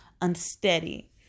unsteady